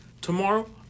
Tomorrow